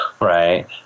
right